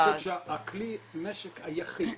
כלי הנשק היחיד